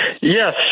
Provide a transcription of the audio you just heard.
Yes